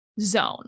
zone